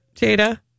Jada